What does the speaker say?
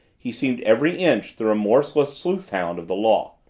he seemed every inch the remorseless sleuthhound of the law.